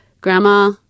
Grandma